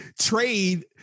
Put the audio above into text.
trade